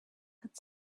had